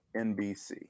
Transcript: NBC